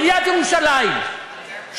עיריית ירושלים,